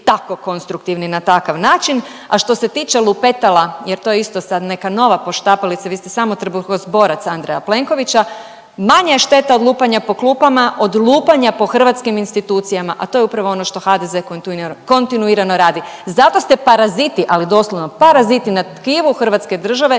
tako konstruktivni na takav način, a što se tiče lupetala jer to je isto sad neka nova poštapalica, vi ste samo trbuhozborac Andreja Plenkovića, manja je šteta od lupanja po klupama od lupanja po hrvatskim institucijama, a to je upravo ono što HDZ kontinuirano radi. Zato ste paraziti, ali doslovno paraziti na tkivu hrvatske države